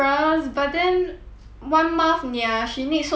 one mouth nia she need so many lipstick for what